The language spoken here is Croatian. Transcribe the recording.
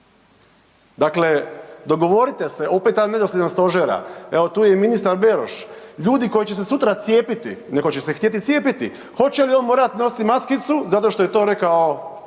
Dakle, dogovorite se, opet ta nedosljednost stožera. Evo tu je i ministar Beroš. Ljudi koji će se sutra cijepiti, neko će se htjeti cijepiti, hoće li on morat nositi maskicu zato što je to rekao,